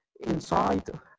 inside